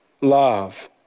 love